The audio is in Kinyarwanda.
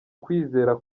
kwizera